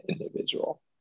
individual